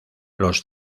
los